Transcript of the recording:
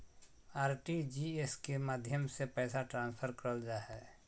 RTGS के माध्यम से पैसा ट्रांसफर करल जा हय